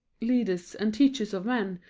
leaders and teachers of men,